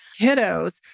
kiddos